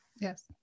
yes